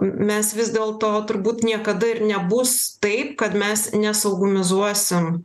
mes vis dėlto turbūt niekada ir nebus taip kad mes nesaugumizuosim